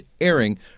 airing